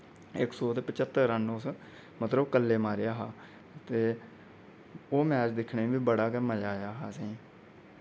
इक सौ ते पच्हत्तर रन्न उस मतलब कल्ले मारे हेट ते ओह् दा मैच दिक्खने बी बड़ा गै मजा आया हा असें